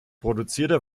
produzierte